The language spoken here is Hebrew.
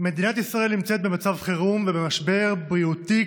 מדינת ישראל נמצאת במצב חירום ובמשבר בריאותי,